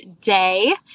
day